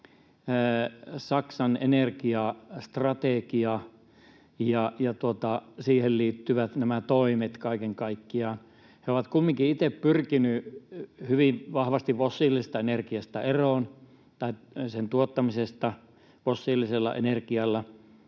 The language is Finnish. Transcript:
Saksan energiastrategia ja siihen liittyvät toimet kaiken kaikkiaan. He ovat kumminkin itse pyrkineet hyvin vahvasti fossiilisesta energiasta eroon, tai sen tuottamisesta fossiilisella energialla,